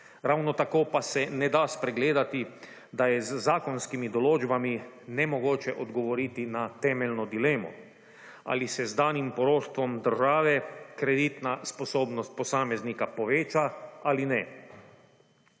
Ravno tako pa se ne da spregledati, da je z zakonskimi določbami nemogoče odgovoriti na temeljno dilemo. Ali se z danim poroštvom države, kreditna sposobnost posameznika poveča ali ne.